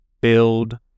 build